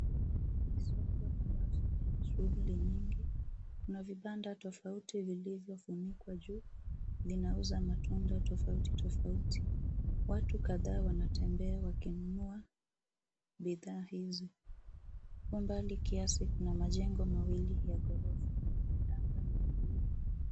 Ni soko la wazi lenye shughuli nyingi. Kuna vibanda tofauti vilivyofunikwa juu. Vinauza matunda tofauti tofauti. Watu kadhaa wanatembea wakinunua bidhaa hizi. Kwa mbali kiasi kuna majengo mawili ya ghorofa. Anga ni ya bluu.